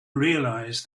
realize